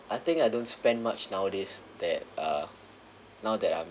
I think I don't spend much nowadays that uh now that I'm